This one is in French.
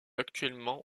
actuellement